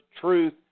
truth